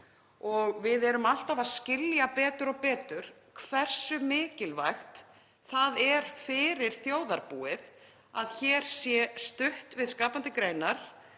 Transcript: og við erum alltaf að skilja betur og betur hversu mikilvægt það er fyrir þjóðarbúið að stutt sé við skapandi greinar;